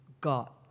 God